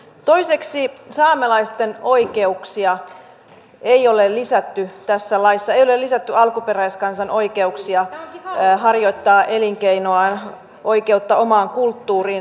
toiseksi saamelaisten oikeuksia ei ole lisätty tässä laissa ei ole lisätty alkuperäiskansan oikeuksia harjoittaa elinkeinoa oikeutta omaan kulttuuriin